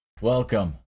Welcome